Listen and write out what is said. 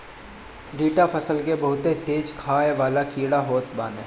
टिड्डा फसल के बहुते तेज खाए वाला कीड़ा होत बाने